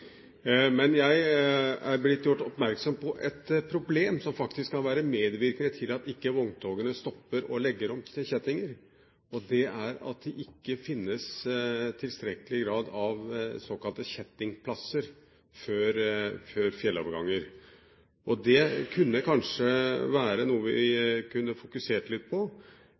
Men jeg er blitt gjort oppmerksom på et problem som faktisk kan være medvirkende til at vogntogene ikke stopper og legger om til kjettinger. Det er at det ikke finnes i tilstrekkelig grad såkalte kjettingplasser før fjelloverganger. Det er kanskje noe vi kunne fokusere litt på,